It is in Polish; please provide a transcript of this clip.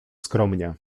skromnie